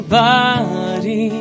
body